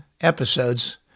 episodes